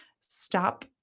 stop